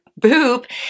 boop